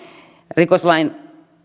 rikoslain